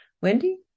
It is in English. Wendy